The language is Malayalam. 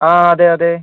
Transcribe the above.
അ അതെ അതെ